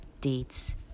dates